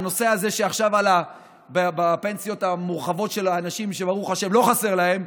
הנושא הזה שעכשיו עלה בפנסיות המורחבות של האנשים שברוך השם לא חסר להם,